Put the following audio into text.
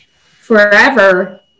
forever